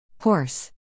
Horse